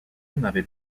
n’avait